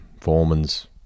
foreman's